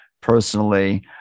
personally